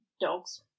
dogs